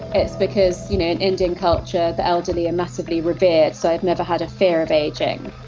it's because you know in indian culture the elderly are massively revered. so i've never had a fear of aging.